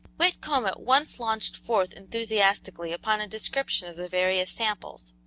whitcomb at once launched forth enthusiastically upon a description of the various samples.